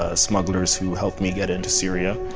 ah smugglers who helped me get into syria.